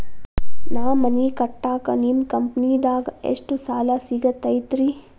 ನಾ ಮನಿ ಕಟ್ಟಾಕ ನಿಮ್ಮ ಕಂಪನಿದಾಗ ಎಷ್ಟ ಸಾಲ ಸಿಗತೈತ್ರಿ?